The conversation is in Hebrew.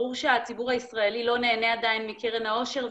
ברור שהציבור הישראלי לא נהנה עדיין מקרן העושר,